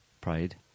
Pride